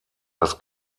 das